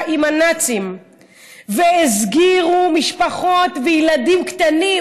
עם הנאצים והסגירו משפחות וילדים קטנים,